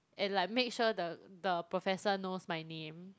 and like make sure the the professor knows my name